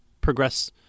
progress